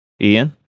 Ian